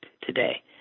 today